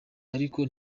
ariko